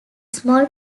small